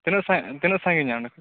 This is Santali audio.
ᱛᱤᱱᱟ ᱜ ᱥᱟ ᱝ ᱛᱤᱱᱟ ᱜ ᱥᱟᱺᱜᱤᱧᱟ ᱚᱸᱰᱮ ᱠᱷᱚᱡ